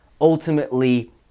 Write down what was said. Ultimately